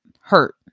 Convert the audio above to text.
hurt